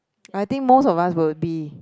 I think most of us will be